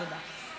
תודה.